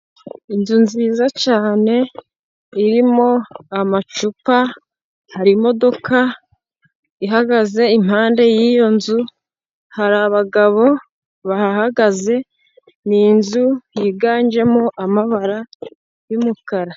Inzu nziza cyane irimo amacupa, hari imodoka ihagaze impande y'iyo nzu hari abagabo bahahagaze n'inzu yiganjemo amabara y'umukara.